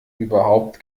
überhaupt